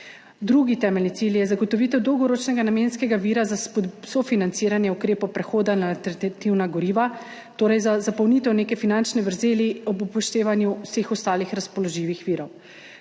Drugi temeljni cilj je zagotovitev dolgoročnega namenskega vira za sofinanciranje ukrepov prehoda na alternativna goriva, torej za zapolnitev neke finančne vrzeli, ob upoštevanju vseh ostalih razpoložljivih virov.